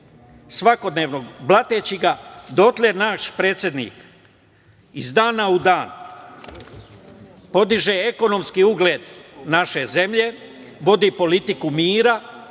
svakodnevno blateći ga, dotle naš predsednik iz dana u dan podiže ekonomski ugled naše zemlje, vodi politiku mira,